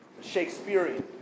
Shakespearean